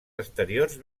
exteriors